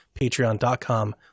patreon.com